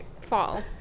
fall